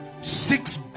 six